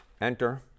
enter